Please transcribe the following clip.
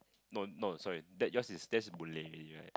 no no sorry that your's that's a bully already right